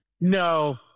No